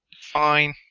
Fine